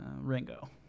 Ringo